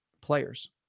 players